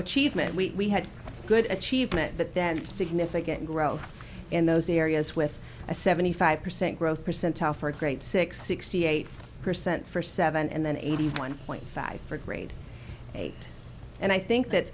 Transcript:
achievement we had good achievement but then significant growth in those areas with a seventy five percent growth percentile for a great six sixty eight percent for seven and then eighty one point five for grade eight and i think that